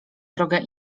drogę